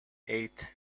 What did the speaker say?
eight